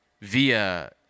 via